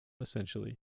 essentially